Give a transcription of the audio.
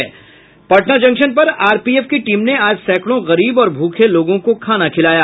Patna junction पर RPF की team ने आज सैकड़ों गरीब और भूखे लोगों को खाना खिलाया